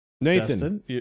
nathan